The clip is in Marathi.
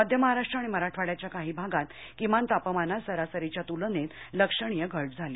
मध्य महाराष्ट्र आणि मराठवाड्याच्या काही भागात किमान तापमानात सरासरीच्या तुलनेत लक्षणीय घट झाली